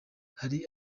hari